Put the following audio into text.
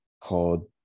called